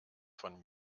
von